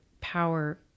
power